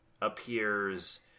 appears